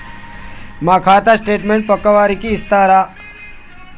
నా ఖాతా స్టేట్మెంట్ పక్కా వారికి ఇస్తరా?